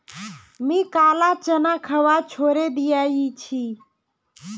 मी काला चना खवा छोड़े दिया छी